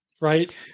right